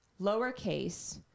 lowercase